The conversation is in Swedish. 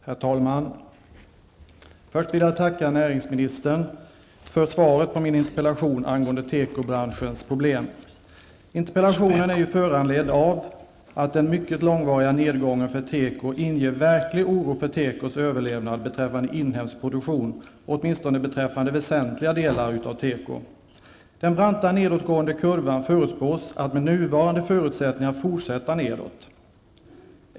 Herr talman! Först vill jag tacka näringsministern för svaret på min interpellation angående tekobranschens problem. Interpellationen är föranledd av att den mycket långvariga nedgången för teko inger verklig oro för tekoindustrins överlevnad beträffande inhemsk produktion, åtminstone beträffande väsentliga delar av teko. Den branta nedåtgående kurvan förutspås att med nuvarande förutsättningar fortsätta nedåt.